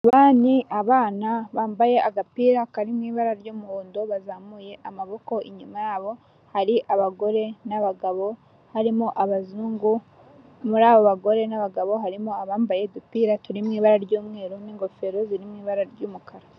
Aba ni abana bambaye agapira kari mu ibara ry'umuhondo bazamuye amaboko, inyuma yabo hari abagore n'abagabo harimo abazungu, muri aba bagore n'abagabo harimo abambaye udupira turi mu ibara ry'umweru n'ingofero ziri mu ibara ry'umukara.